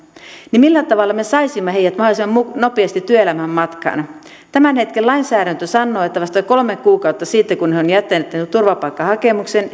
niin millä tavalla me saisimme heidät mahdollisimman nopeasti työelämään matkaan tämän hetken lainsäädäntö sanoo että vasta kolme kuukautta siitä kun he ovat jättäneet turvapaikkahakemuksen